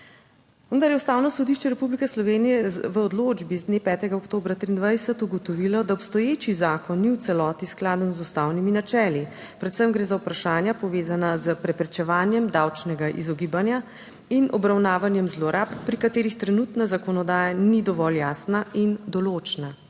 vendar je Ustavno sodišče Republike Slovenije v odločbi z dne 5. oktobra 2023 ugotovilo, da obstoječi zakon ni v celoti skladen z ustavnimi načeli. Predvsem gre za vprašanja, povezana s preprečevanjem davčnega izogibanja in obravnavanjem zlorab, pri katerih trenutna zakonodaja ni dovolj jasna in določna.